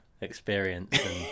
experience